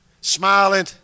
Smiling